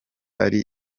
ari